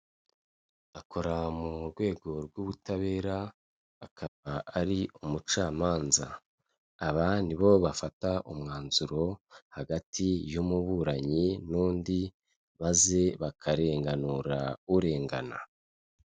Akora mu rwego rw'ubutabera akaba ari umucamanza, aba nibo bafata umwanzuro hagati y'umuburanyi n'undi maze bakarenganura urengana.